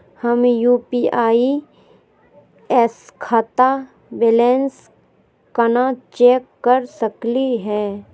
हम यू.पी.आई स खाता बैलेंस कना चेक कर सकनी हे?